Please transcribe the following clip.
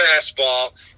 fastball